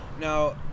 Now